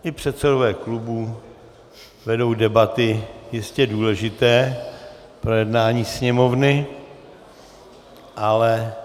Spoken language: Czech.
i předsedové klubů vedou debaty jistě důležité pro jednání Sněmovny, ale...